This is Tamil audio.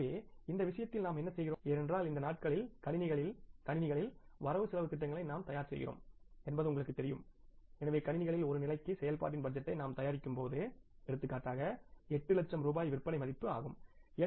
எனவே இந்த விஷயத்தில் நாம் என்ன செய்கிறோம் ஏனென்றால் இந்த நாட்களில் கணினிகளில் கணினிகளில் வரவு செலவுத் திட்டங்களை நாம் தயார் செய்கிறோம் என்பது உங்களுக்குத் தெரியும் எனவே கணினிகளில் ஒரு நிலைக்கு செயல்பாட்டின் பட்ஜெட்டை நாம் தயாரிக்கும்போது எடுத்துக்காட்டாக 8 லட்சம் ரூபாய் விற்பனை மதிப்பிற்கு தயாரிக்கலாம்